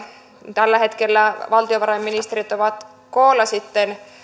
tällä hetkellä valtiovarainministerit ovat koolla